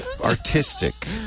artistic